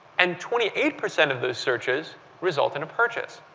and twenty eight percent of those searches result in a purchase.